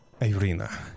Irina